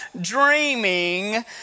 dreaming